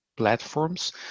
platforms